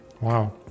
Wow